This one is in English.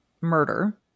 murder